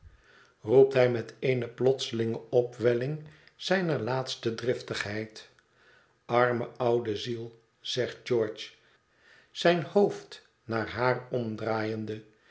roept hij met eene plotselinge opwelling zijner laatste driftigheid arme oude ziel zegt george zijn hoofd naar haar omdraaiende